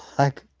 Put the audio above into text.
like,